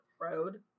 road